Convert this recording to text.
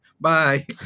Bye